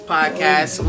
Podcast